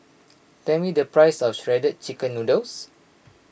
tell me the price of Shredded Chicken Noodles